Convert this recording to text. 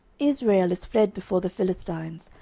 israel is fled before the philistines,